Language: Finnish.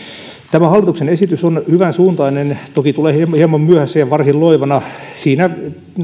tämä hallituksen esitys on hyvän suuntainen toki tulee hieman myöhässä ja varsin loivana siinä